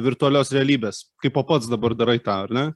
virtualios realybės kaipo pats dabar darai tą ar ne